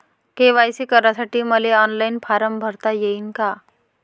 KYC करासाठी मले online form भरता येईन का?